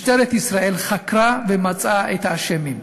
משטרת ישראל חקרה ומצאה את האשמים.